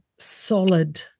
solid